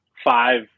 Five